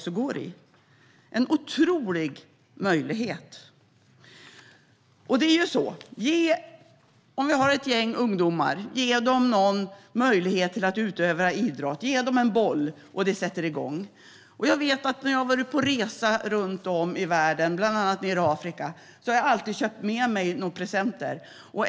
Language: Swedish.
Det är en otrolig möjlighet. Om vi har ett gäng ungdomar, ge dem möjlighet att utöva idrott! Ge dem en boll och de sätter igång. När jag har varit på resa runt om i världen, bland annat i Afrika, så har jag alltid köpt med mig några presenter.